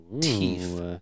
Teeth